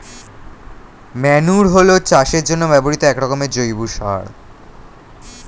manure হলো চাষের জন্য ব্যবহৃত একরকমের জৈব সার